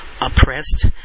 oppressed